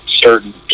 certain